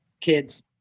kids